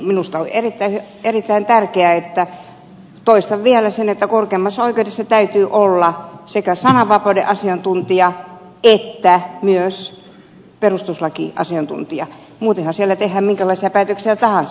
minusta on erittäin tärkeää toistan vielä sen että korkeimmassa oikeudessa on sekä sananvapauden asiantuntija että myös perustuslakiasiantuntija muutenhan siellä tehdään minkälaisia päätöksiä tahansa